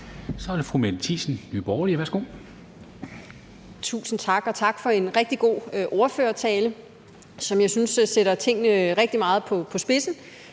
Så er det fru Mette Thiesen, Nye Borgerlige. Værsgo. Kl. 13:20 Mette Thiesen (NB): Tusind tak, og tak for en rigtig god ordførertale, som jeg synes sætter tingene rigtig meget på spidsen.